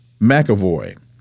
McAvoy